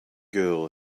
girl